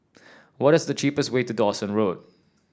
what is the cheapest way to Dawson Road